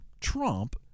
Trump